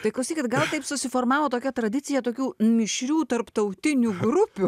tai klausykit gal taip susiformavo tokia tradicija tokių mišrių tarptautinių grupių